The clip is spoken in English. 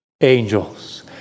angels